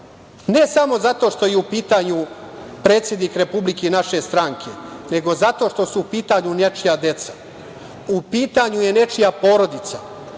ne samo zato što je u pitanju predsednik Republike i naše stranke, nego zato što su u pitanju nečija deca. U pitanju je nečija porodica.